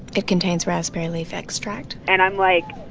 it contains raspberry leaf extract and i'm like,